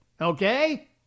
okay